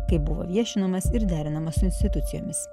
kaip buvo viešinamas ir derinamas su institucijomis